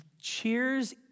Cheers